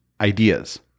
ideas